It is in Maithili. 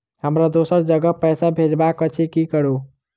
हमरा दोसर जगह पैसा भेजबाक अछि की करू?